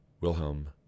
Wilhelm